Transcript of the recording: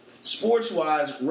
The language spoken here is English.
sports-wise